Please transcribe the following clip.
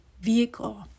vehicle